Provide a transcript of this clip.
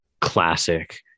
classic